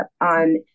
on